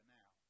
now